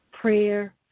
Prayer